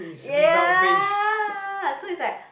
ya so it's like